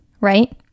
right